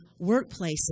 workplaces